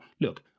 look